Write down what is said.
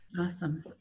Awesome